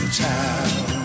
town